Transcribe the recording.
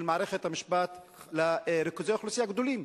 מערכת המשפט לריכוזי אוכלוסייה גדולים,